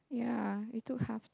ya it took half time